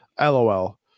LOL